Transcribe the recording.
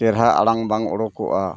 ᱪᱮᱦᱨᱟ ᱟᱲᱟᱝ ᱵᱟᱝ ᱩᱰᱩᱠᱚᱜᱼᱟ